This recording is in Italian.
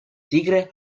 tigre